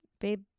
Babe